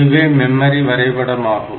இதுவே மெமரி வரைபடம் ஆகும்